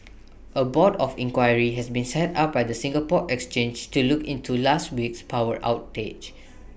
A board of inquiry has been set up by the Singapore exchange to look into last week's power outage